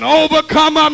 overcome